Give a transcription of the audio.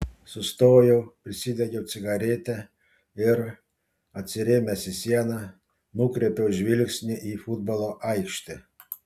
sustojau prisidegiau cigaretę ir atsirėmęs į sieną nukreipiau žvilgsnį į futbolo aikštę